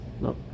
No